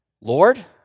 Lord